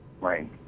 Right